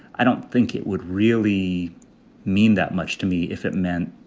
i don't think it would really mean that much to me if it meant